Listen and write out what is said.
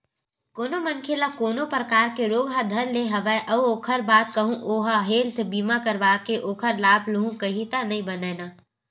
कोनो मनखे ल कोनो परकार के रोग ह धर ले हवय अउ ओखर बाद कहूँ ओहा हेल्थ बीमा करवाके ओखर लाभ लेहूँ कइही त नइ बनय न